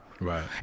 Right